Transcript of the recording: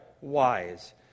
wise